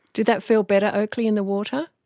did that feel better, oakley, in the water?